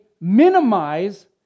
minimize